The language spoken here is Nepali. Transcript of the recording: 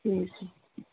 हुन्छ